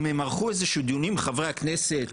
אם הם ערכו דיונים עם חברי הכנסת,